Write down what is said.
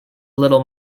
little